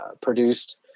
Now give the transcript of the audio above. produced